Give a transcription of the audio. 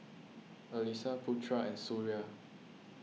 Alyssa Putra and Suria